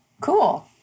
Cool